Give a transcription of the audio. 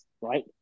Right